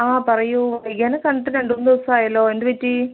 ആ പറയൂ വൈഗേനെ കണ്ടിട്ട് രണ്ട് മൂന്ന് ദിവസമായല്ലോ എന്ത് പറ്റീ